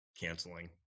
canceling